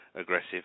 aggressive